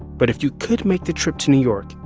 but if you could make the trip to new york,